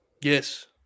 Yes